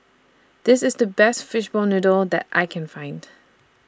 This IS The Best Fishball Noodle that I Can Find